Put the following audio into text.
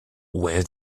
where